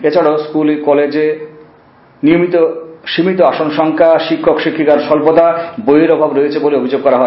এছাড়াও স্কুল কলেজে সীমিত আসন সংখ্যা শিক্ষক শিক্ষিকার স্বল্পতা ও বইয়ের অভাব রয়েছে বলে এভিযোগ করা হয়